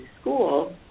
school